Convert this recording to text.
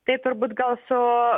tai turbūt gal su